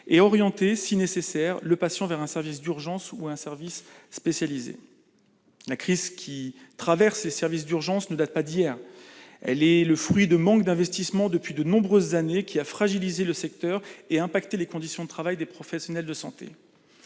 ; orienter si nécessaire le patient vers un service d'urgence ou un service spécialisé. La crise que traversent les services d'urgence ne date pas d'hier. Elle est le fruit du manque d'investissements qui, depuis de nombreuses années, a fragilisé le secteur et impacté les conditions de travail des professionnels de santé.